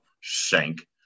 Shank